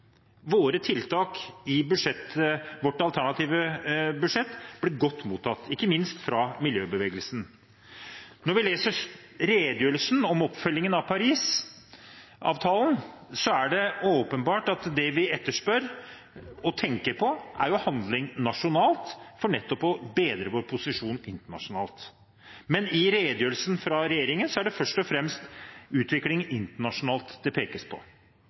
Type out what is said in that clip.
Våre tiltak i vårt alternative budsjett ble godt mottatt, ikke minst fra miljøbevegelsen. Når vi leser redegjørelsen om oppfølgingen av Paris-avtalen, er det åpenbart at det vi etterspør og tenker på, er handling nasjonalt for nettopp å bedre vår posisjon internasjonalt. Men i redegjørelsen fra regjeringen er det først og fremst utviklingen internasjonalt det pekes på.